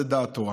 זו דעת תורה.